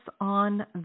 on